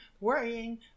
worrying